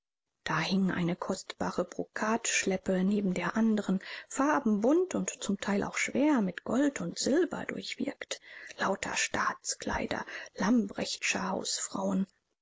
da hing eine kostbare brokatschleppe neben der anderen farbenbunt und zum teil auch schwer mit gold und silber durchwirkt lauter staatskleider lamprecht'scher hausfrauen